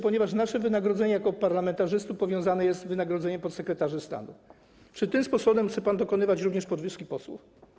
Ponieważ nasze wynagrodzenie jako parlamentarzystów powiązane jest z wynagrodzeniem podsekretarzy stanu, czy tym sposobem chce pan dokonywać również podwyżki dla posłów?